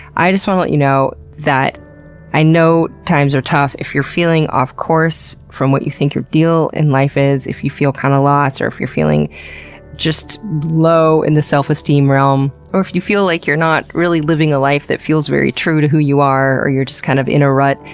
i just want to let you know that i know times are tough. if you're feeling off-course from what you think your deal in life is, if you feel kind of lost, or if you're feeling just low in the self-esteem realm. or if you feel like you're not really living a life that feels very true to who you are, or you're just kind of in a rut,